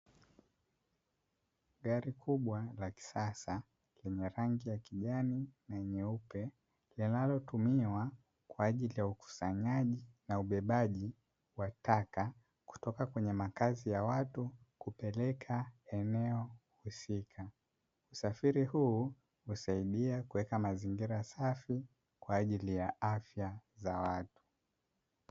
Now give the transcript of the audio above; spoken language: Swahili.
Gari kubwa la kisasa lenye rangi ya kijani na nyeupe yanayotumiwa, kwaajili ya ukusanyaji na ubebaji wa taka kutoka kwenye makazi ya watu kupeleka eneo husika usafiri huu husaidia kuweka mazingira safi kwaajili ya afya za watu.